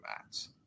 mats